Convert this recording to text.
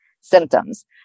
symptoms